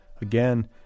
again